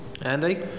Andy